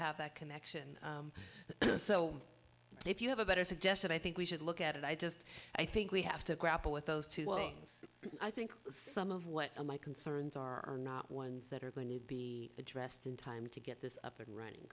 have that connection so if you have a better suggestion i think we should look at it i just i think we have to grapple with those two things i think some of what my concerns are not ones that are going to be addressed in time to get this up and running